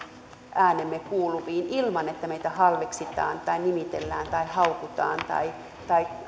äänemme kuuluviin ilman että meitä halveksitaan tai nimitellään tai haukutaan tai